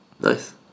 Nice